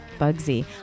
Bugsy